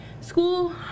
school